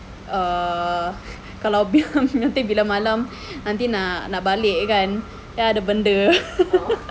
uh kalau bilang nanti bila malam nanti nak nak balik kan nanti ada benda